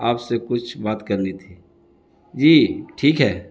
آپ سے کچھ بات کرنی تھی جی ٹھیک ہے